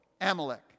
Amalek